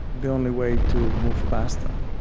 the only way to move past them,